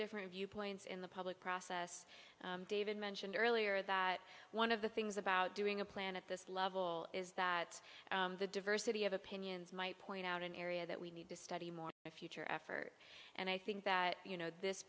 different viewpoints in the public process david mentioned earlier that one of the things about doing a plan at this level is that the diversity of opinions might point out an area that we need to study more a future effort and i think that you know this